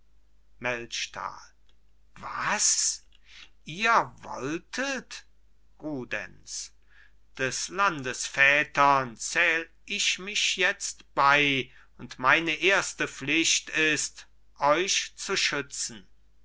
was ihr wolltet rudenz des landes vätern zähl ich mich jetzt bei und meine erste pflicht ist euch zu schützen